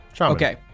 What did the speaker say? Okay